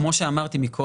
אז כמו שאמרתי מקודם,